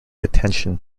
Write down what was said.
attention